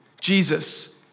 Jesus